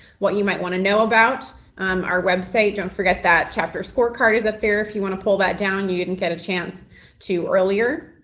what you might want to know about our website. don't forget that chapter scorecard is up there if you want to pull that down and you didn't get a chance to earlier.